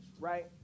right